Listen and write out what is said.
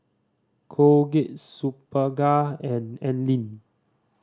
Colgate Superga and Anlene